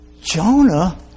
Jonah